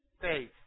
faith